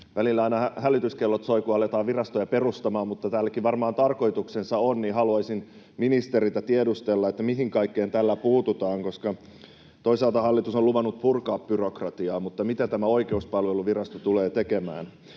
Välillä aina hälytyskellot soivat, kun aletaan virastoja perustamaan. Mutta kun tälläkin varmaan tarkoituksensa on, niin haluaisin ministeriltä tiedustella, mihin kaikkeen tällä puututaan, koska toisaalta hallitus on luvannut purkaa byrokratiaa. Mitä tämä Oikeuspalveluvirasto tulee tekemään?